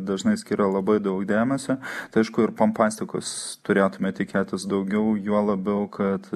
dažnai skiria labai daug dėmesio tai aišku ir pompastikos turėtume tikėtis daugiau juo labiau kad